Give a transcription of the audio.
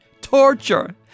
torture